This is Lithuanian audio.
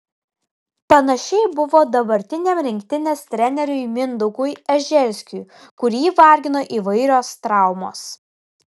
panašiai buvo dabartiniam rinktinės treneriui mindaugui ežerskiui kurį vargino įvairios traumos